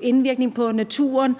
indvirkning på naturen